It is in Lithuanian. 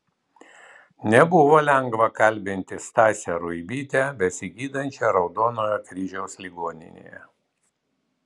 nebuvo lengva kalbinti stasę ruibytę besigydančią raudonojo kryžiaus ligoninėje